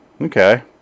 Okay